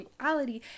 reality